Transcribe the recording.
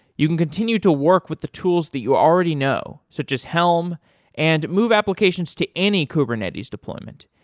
you can continue to work with the tools that you already know, such as helm and move applications to any kubernetes deployment.